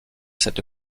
cette